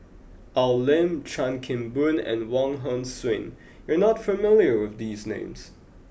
Al Lim Chan Kim Boon and Wong Hong Suen you are not familiar with these names